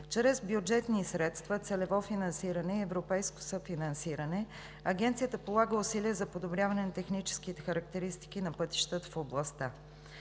Чрез бюджетни средства, целево финансиране и европейско съфинансиране Агенцията полага усилия за подобряване на техническите характеристики на пътищата в областта.